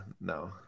no